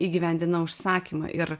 įgyvendina užsakymą ir